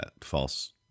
false